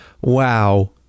wow